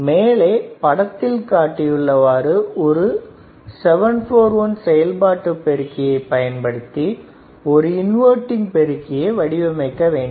மேலே படத்தில் காட்டியுள்ளவாறு ஒரு 741 செயல்பட்டு பெருக்கியை பயன்படுத்தி ஒரு இன்வர்டிங் பெருக்கியை வடிவமைக்க வேண்டும்